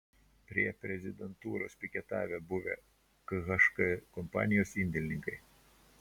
prie prezidentūros piketavę buvę khk kompanijos indėlininkai